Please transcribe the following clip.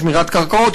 שמירת קרקעות,